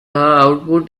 output